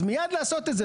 אז מייד לעשות את זה,